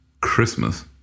Christmas